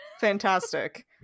Fantastic